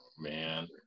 man